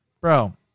Bro